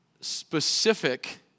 specific